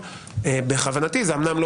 אני לא הבאתי הצעה להידמות